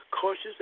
cautious